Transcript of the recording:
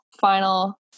final